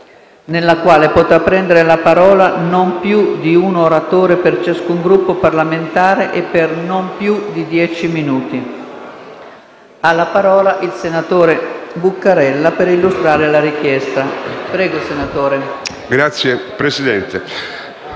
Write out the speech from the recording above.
nella quale potrà prendere la parola non più di un oratore per ciascun Gruppo parlamentare e per non più di dieci minuti. Ha la parola il senatore Buccarella per illustrare la richiesta.